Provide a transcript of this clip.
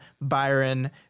Byron